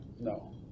No